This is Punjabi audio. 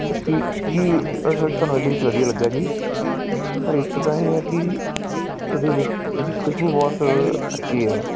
ਸਰ ਕੀ ਕੀ ਸਰ ਤੁਹਾਨੂੰ ਇਹਦੇ ਵਿੱਚ ਵਧੀਆ ਲੱਗਿਆ ਜੀ ਸਰ ਇੱਕ ਤਾਂ ਇਹ ਹੈ ਕਿ ਇਹਦੇ ਵਿੱਚ ਇਹਦੀ ਖੁਸ਼ਬੂ ਬਹੁਤ ਅੱਛੀ ਹੈ